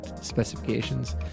specifications